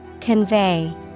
Convey